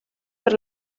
per